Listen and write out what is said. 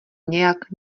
nějak